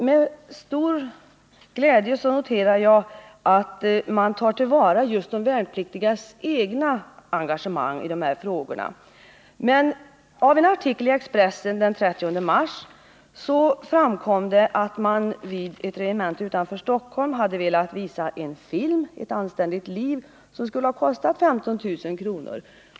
Med stor glädje noterar jag att man tar till vara just de värnpliktigas eget engagemang här. Av en artikel i Expressen den 30 mars framgår emellertid att man vid ett regemente utanför Stockholm hade velat visa en film, Ett anständigt liv, vilket skulle ha kostat 15 000 kr.